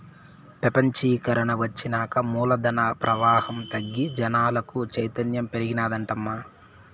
పెపంచీకరన ఒచ్చినాక మూలధన ప్రవాహం తగ్గి జనాలకు చైతన్యం పెరిగినాదటమ్మా